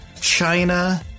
China